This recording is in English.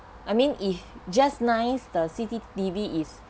I mean if just nice the C_C_T_V is